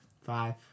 five